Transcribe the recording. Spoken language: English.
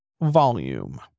volume